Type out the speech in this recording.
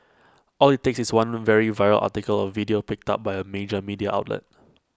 all IT takes is one very viral article or video picked up by A major media outlet